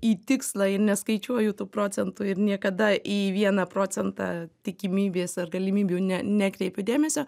į tikslą ir neskaičiuoju tų procentų ir niekada į vieną procentą tikimybės ar galimybių ne nekreipiu dėmesio